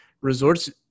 Resorts